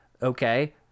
okay